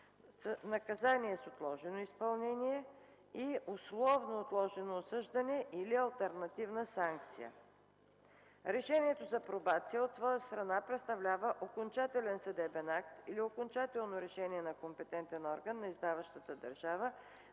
наказание с отложено изпълнение; условно отложено осъждане или алтернативна санкция. „Решението за пробация” от своя страна представлява окончателен съдебен акт или окончателно решение на компетентен орган на издаващата държава,